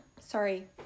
sorry